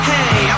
Hey